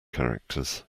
characters